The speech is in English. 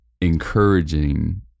encouraging